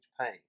pain